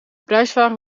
prijsvraag